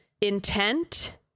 intent